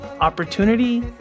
opportunity